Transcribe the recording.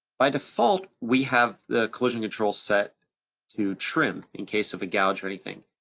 by default, we have the collision control set to trim, in case of a gouge or anything.